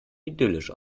idyllisch